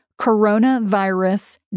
coronavirus